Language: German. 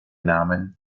namen